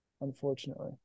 Unfortunately